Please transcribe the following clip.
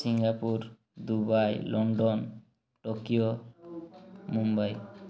Singapore Dubai London Tokyo Mumbai